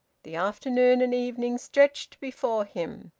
the afternoon and evening stretched before him,